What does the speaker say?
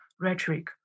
rhetoric